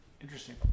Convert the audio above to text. Interesting